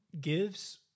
gives